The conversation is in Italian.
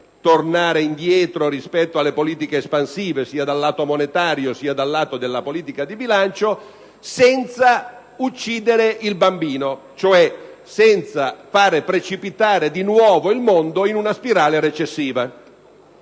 tornare indietro rispetto alle politiche espansive, sia dal lato monetario che da quello della politica di bilancio - senza uccidere il bambino, cioè senza fare precipitare di nuovo il mondo in una spirale recessiva.